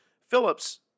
Phillips